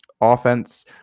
offense